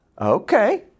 okay